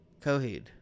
Coheed